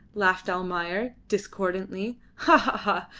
laughed almayer, discordantly. ha! ha!